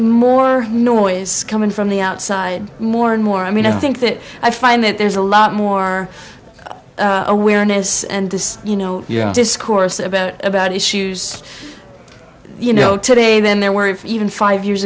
more noise coming from the outside more and more i mean i think that i find that there's a lot more awareness and this you know discourse about about issues you know today than there were even five years